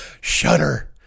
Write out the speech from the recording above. Shudder